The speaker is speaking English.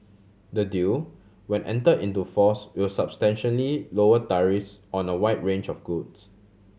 the deal when enter into force will substantially lower on the wide range of goods